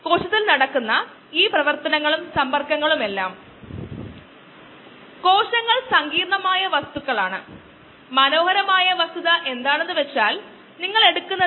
കോശങ്ങളുടെ സാന്ദ്രതയിൽ മാറ്റമില്ലാത്ത പ്രാരംഭ ഘട്ടം മൊത്തം കോശങ്ങളുടെ സാന്ദ്രതയെ ലാഗ് ഫേസ് എന്ന് വിളിക്കുന്നു